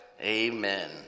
Amen